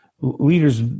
Leaders